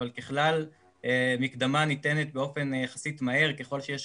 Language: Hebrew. אבל ככלל מקדמה ניתנת יחסית מהר ככל שאין